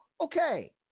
okay